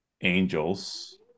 angels